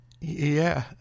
Yeah